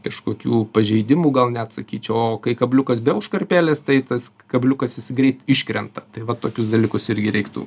kažkokių pažeidimų gal net sakyčiau o kai kabliukas be užkarpėlės tai tas kabliukas jis greit iškrenta tai va tokius dalykus irgi reiktų